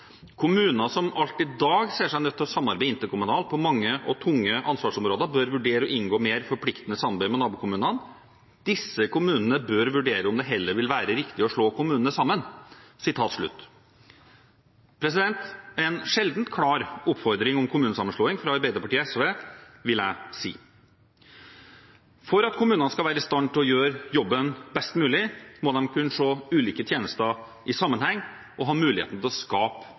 kommuner som alt i dag ser seg nødt til å samarbeide interkommunalt på mange og tunge ansvarsområder, bør vurdere å inngå mer forpliktende samarbeid med nabokommunene. Disse kommunene bør vurdere om det heller vil være riktig å slå kommunene sammen.» – En sjeldent klar oppfordring om kommunesammenslåing fra Arbeiderpartiet og SV, vil jeg si. For at kommunene skal være i stand til å gjøre jobben best mulig, må de kunne se ulike tjenester i sammenheng og ha muligheten til å skape